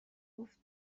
گفت